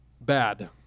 bad